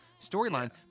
storyline